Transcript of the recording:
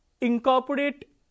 incorporate